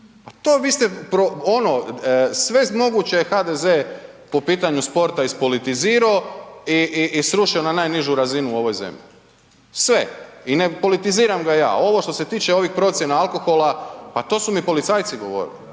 to, vi ste ono sve moguće je HDZ po pitanju sporta ispolitizirao i srušio na najnižu razinu u ovoj zemlji. Sve. I ne politiziram ga ja. Ovo što se tiče ovih procjena alkohola, pa to su mi policajci govorili,